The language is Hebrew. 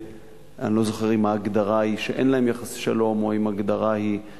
שאני לא זוכר אם ההגדרה היא שאין להן יחסי שלום או ההגדרה היא שהן,